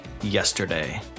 yesterday